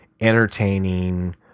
entertaining